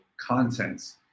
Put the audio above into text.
contents